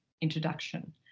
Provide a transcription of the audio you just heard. introduction